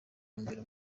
mbere